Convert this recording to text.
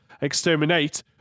Exterminate